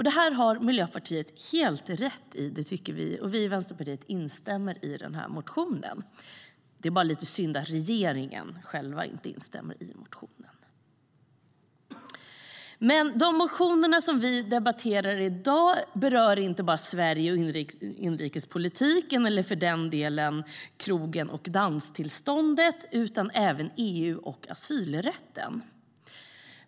Det har Miljöpartiet helt rätt i, tycker vi, och Vänsterpartiet instämmer i motionen. Det är bara lite synd att regeringen själv inte instämmer i den.De motioner vi debatterar i dag berör inte bara Sverige och inrikespolitiken, eller för den delen krogen och danstillståndet, utan även EU och asylrätten.